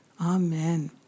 Amen